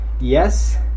yes